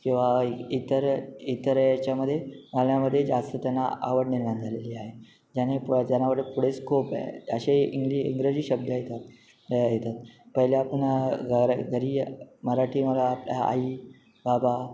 किंवा इतर इतर याच्यामध्ये आल्यामुळे त्यांना आवड निर्माण झालेली आहे ज्याने जाण्यावर पुढे स्कोप आहे अशे इंग्लि इंग्रजी शब्द आहे का हा येतात पहिले आपण घरा घरी मराठी मग आई बाबा